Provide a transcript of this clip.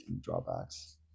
drawbacks